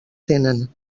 tenen